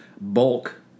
bulk